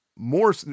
more